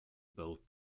both